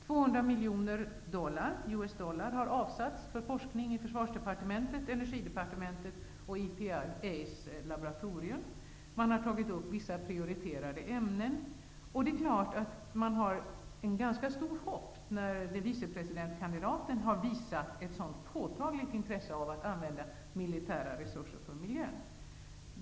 200 miljoner dollar har avsatts för forskning i Försvarsdepartementet, Man har tagit upp vissa prioriterade ämnen. Det är klart att man har ett ganska stort hopp när den blivande vicepresidenten har visat ett sådant påtagligt intresse av att använda militära resurser för miljön.